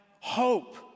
hope